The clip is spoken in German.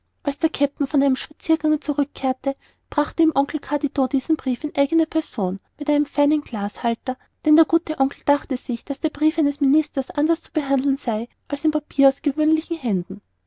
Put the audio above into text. als der kapitän von einem spaziergange zurückkehrte brachte ihm oncle carditon diesen brief in eigener person auf einem feinen glasteller denn der gute oncle dachte sich daß der brief eines ministers anders zu behandeln sei als ein papier aus gewöhnlichen händen